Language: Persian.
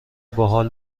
باحال